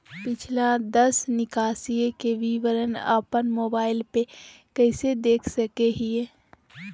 पिछला दस निकासी के विवरण अपन मोबाईल पे कैसे देख सके हियई?